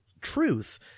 truth